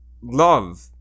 love